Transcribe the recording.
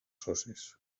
socis